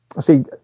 See